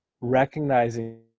recognizing